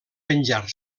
venjar